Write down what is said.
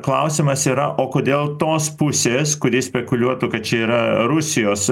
klausimas yra o kodėl tos pusės kuri spekuliuotų kad čia yra rusijos